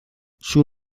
sus